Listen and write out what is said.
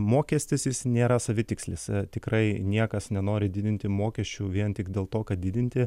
mokestis jis nėra savitikslis tikrai niekas nenori didinti mokesčių vien tik dėl to kad didinti